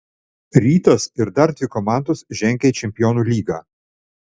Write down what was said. rytas ir dar dvi komandos žengia į čempionų lygą